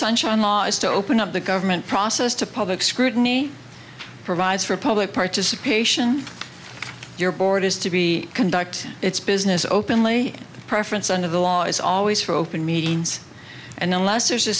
sunshine law is to open up the government process to public scrutiny provides for public participation your board is to be conduct its business openly preference under the law is always for open meetings and unless there's a